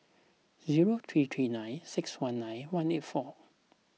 zero three three nine six one nine one eight four